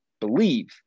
believe